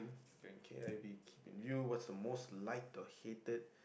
the k_i_v keep in view what's the most liked or hated